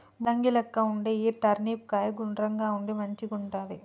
ముల్లంగి లెక్క వుండే ఈ టర్నిప్ కాయ గుండ్రంగా ఉండి మంచిగుంటది